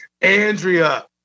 Andrea